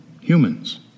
humans